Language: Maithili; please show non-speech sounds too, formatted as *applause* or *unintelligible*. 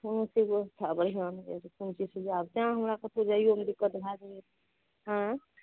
कोनो चीज बढ़िऑं *unintelligible* कोन चीज सुझाब तेॅं हमरा कतौ जाइयोमे दिक्कत भए जाइया हूँ